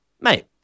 mate